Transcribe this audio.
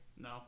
No